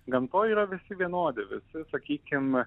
gamtoj yra visi vienodi visi sakykim